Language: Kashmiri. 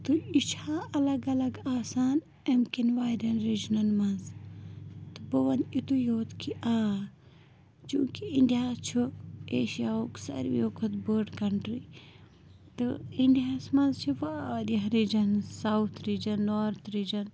تہٕ یہِ چھا اَلگ اَلگ آسان اَمۍ کِنۍ واریاہَن رِجنَن منٛز تہٕ بہٕ وَنہٕ یُتُے یوت کہِ آ چوٗنٛکہِ اِنڈیاہَہ چھُ ایشیاہُک ساروِیو کھۄتہٕ بٔڑ کَنٹرٛی تہٕ اِنڈیاہَس منٛز چھِ واریاہ regions south region north region